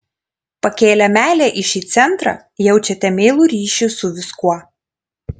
pakėlę meilę į šį centrą jaučiate meilų ryšį su viskuo